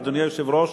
אדוני היושב-ראש,